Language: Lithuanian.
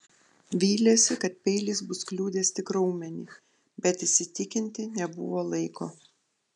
vylėsi kad peilis bus kliudęs tik raumenį bet įsitikinti nebuvo laiko